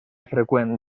freqüent